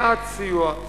מעט סיוע,